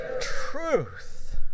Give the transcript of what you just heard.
truth